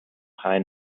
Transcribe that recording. high